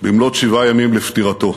במלאות שבעה ימים לפטירתו.